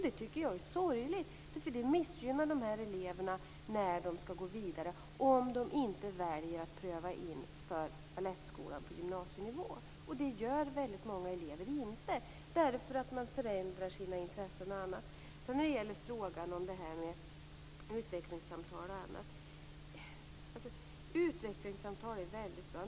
Det tycker jag är sorgligt, för det missgynnar de här eleverna när de skall gå vidare, om de inte väljer att pröva in till balettskola på gymnasienivå. Och det gör väldigt många elever inte, därför att man förändrar sina intressen och av andra skäl. När det gäller frågan om utvecklingssamtal m.m. vill jag säga att utvecklingssamtal är väldigt bra.